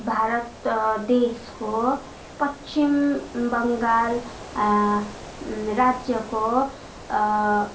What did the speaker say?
भारत देशको पश्चिम बङ्गाल राज्यको